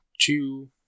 Two